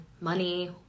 money